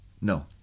no